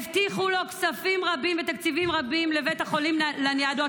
הבטיחו לו כספים רבים ותקציבים רבים לבית החולים לניאדו.